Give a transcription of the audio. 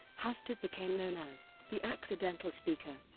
hastert became known as the accidental speaker.